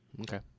okay